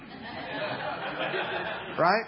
Right